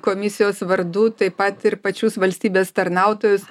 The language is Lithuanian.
komisijos vardu taip pat ir pačius valstybės tarnautojus